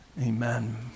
Amen